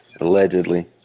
Allegedly